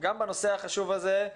גם בנושא החשוב הזה,